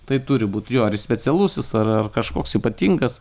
tai turi būt jo ir specialusis ar ar kažkoks ypatingas